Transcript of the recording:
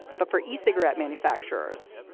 but for ah e-cigarette manufacturers,